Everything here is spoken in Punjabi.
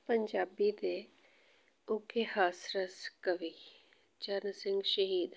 ਪੰਜਾਬੀ ਦੇ ਉੱਘੇ ਹਾਸ ਰਸ ਕਵੀ ਚਰਨ ਸਿੰਘ ਸ਼ਹੀਦ ਹਨ